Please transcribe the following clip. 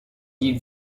gli